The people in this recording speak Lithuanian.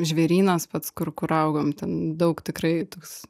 žvėrynas pats kur kur augom ten daug tikrai toks